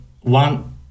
one